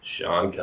Sean